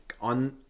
on